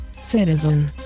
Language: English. citizen